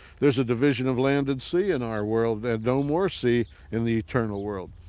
there's a division of land at sea in our world that no more see in the eternal world.